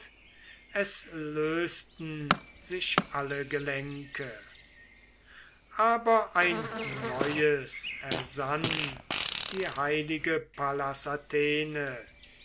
es lösten sich alle gelenke aber ein neues ersann die heilige pallas